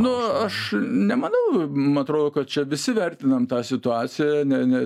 nu aš nemanau ma trodo kad čia visi vertinam tą situaciją ne ne